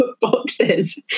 boxes